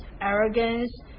arrogance